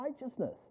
righteousness